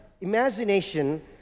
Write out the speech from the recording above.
imagination